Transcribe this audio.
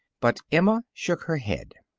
but emma shook her head.